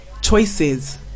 choices